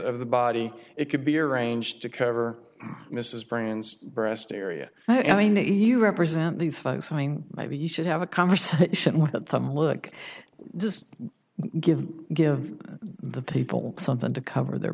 of the body it could be arranged to cover mrs brains breast area i mean that you represent these folks i mean maybe you should have a conversation with them look does give give the people something to cover their